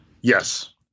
Yes